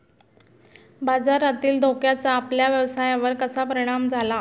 बाजारातील धोक्याचा आपल्या व्यवसायावर कसा परिणाम झाला?